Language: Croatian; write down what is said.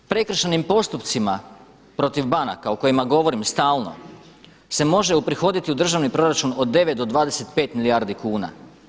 Prekršajnim postupcima protiv banaka o kojima govorim stalno se može uprihoditi u državni proračun od 9 do 25 milijardi kuna.